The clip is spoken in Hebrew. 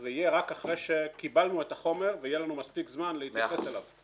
זה יהיה רק אחרי שקיבלנו את החומר ויהיה לנו מספיק זמן להתייחס אליו.